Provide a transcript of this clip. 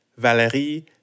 Valérie